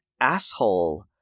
asshole